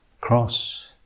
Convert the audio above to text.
cross